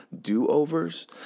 do-overs